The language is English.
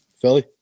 Philly